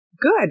Good